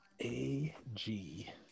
A-G